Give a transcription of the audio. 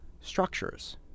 structures